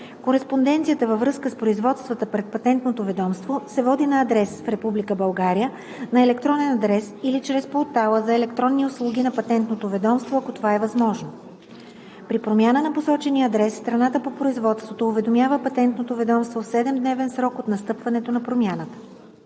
Кореспонденцията във връзка с производствата пред Патентното ведомство се води на адрес в Република България, на електронен адрес или чрез портала за електронни услуги на Патентното ведомство, ако това е възможно. При промяна на посочения адрес страната по производството уведомява Патентното ведомство в 7-дневен срок от настъпването на промяната.